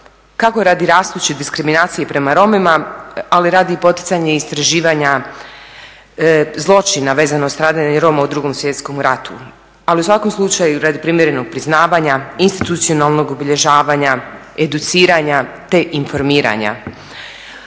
kako radi rastuće diskriminacije prema Romima ali i radi poticanja istraživanja zloćina vezano uz stradanje Roma u Drugom svjetskom ratu. Ali u svakom slučaju radi primjerenog priznavanja, institucionalnog obilježavanja, educiranja, te informiranja